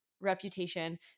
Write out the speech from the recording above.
Reputation